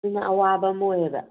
ꯑꯗꯨꯅ ꯑꯋꯥꯕ ꯑꯃ ꯑꯣꯏꯌꯦꯕ